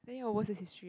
then your worst is History